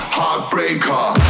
heartbreaker